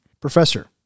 Professor